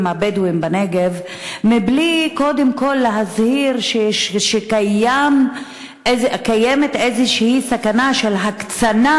הבדואים בנגב בלי להזהיר קודם כול שקיימת איזושהי סכנה של הקצנה,